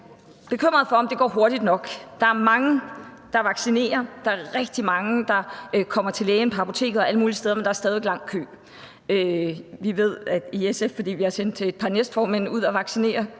bekymret for, om det går hurtigt nok. Der er mange, der vaccinerer. Der er rigtig mange, der kommer til lægen, på apoteket og alle mulige steder hen, men der er stadig væk lang kø. Vi ved det i SF, fordi vi har sendt et par næstformand ud at vaccinere